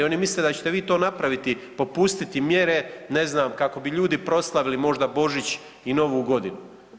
Oni misle da ćete vi to napraviti, popustiti mjere ne znam kako bi ljudi proslavili možda Božić i Novu godinu.